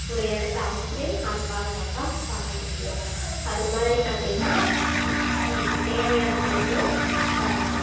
ஒரு இடத்த அமைச்சி அது பாதுகாப்பாக பார்க்க முடியும் அதுமாதிரி பார்த்தீங்கன்னா அதுக்கு தேவையான பொருளும் தரணும்